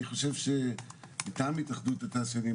אני חושב שמטעם התאחדות התעשיינים,